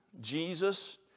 Jesus